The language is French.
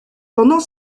pendant